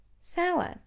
Salad